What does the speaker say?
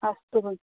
अस्तु